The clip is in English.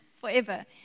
forever